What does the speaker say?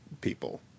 people